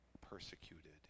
persecuted